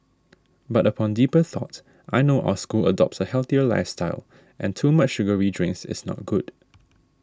but upon deeper thought I know our school adopts a healthier lifestyle and too much sugary drinks is not good